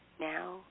now